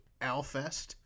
Alfest